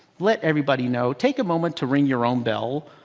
let everybody know. take a moment to ring your own bell.